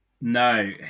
No